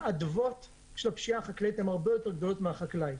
האדוות של הפשיעה החקלאית הן הרבה יותר גדולות מהחקלאי.